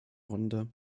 runde